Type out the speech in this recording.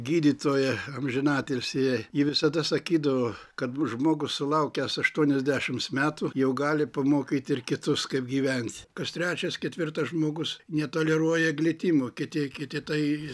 gydytoja amžinatilsį jai ji visada sakydavo kad būt žmogus sulaukęs aštuoniasdešims metų jau gali pamokyt ir kitus kaip gyvent kas trečias ketvirtas žmogus netoleruoja glitimo kiti kiti tai